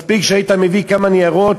מספיק שהיית מביא כמה ניירות,